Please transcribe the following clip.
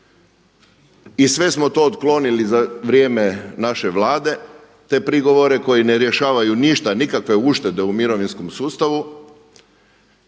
i sve smo to otklonili za vrijeme naše Vlade te prigovore koji ne rješavaju ništa, nikakve uštede u mirovinskom sustavu.